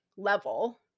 level